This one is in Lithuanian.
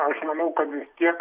aš manau kad tiek